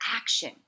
action